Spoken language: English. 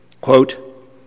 Quote